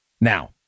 Now